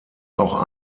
auch